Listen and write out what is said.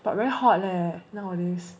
but very hard leh nowadays